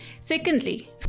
Secondly